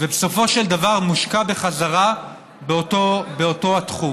ובסופו של דבר מושקע בחזרה באותו תחום.